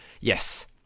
Yes